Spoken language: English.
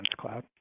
Cloud